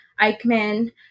Eichmann